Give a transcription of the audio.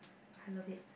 I love it